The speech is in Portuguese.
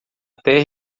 terra